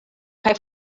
kaj